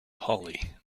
holi